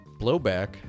Blowback